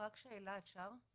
שאלה אפשר?